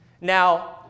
Now